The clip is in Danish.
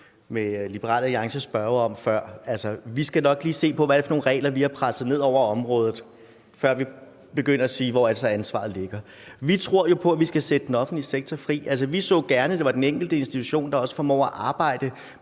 talte lidt med Liberal Alliances spørger om før. Vi skal nok se på, hvilke regler vi har presset ned over området, før vi begynder at spørge, hvor ansvaret ligger. Vi tror på, at man skal sætte den offentlige sektor fri. Vi så gerne, at den enkelte institution formåede at arbejde